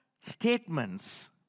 statements